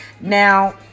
Now